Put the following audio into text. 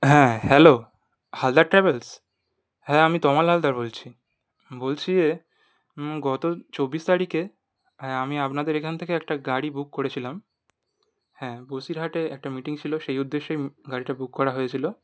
হ্যাঁ hello Haldar travels হ্যাঁ আমি তমাল হালদার বলছি বলছি যে গত চব্বিশ তারিখে হ্যাঁ আমি আপনাদের এখান থেকে একটা গাড়ি বুক করেছিলাম হ্যাঁ বসিরহাটে একটা মিটিং ছিল সেই উদ্দেশ্যেই গাড়িটা বুক করা হয়েছিলো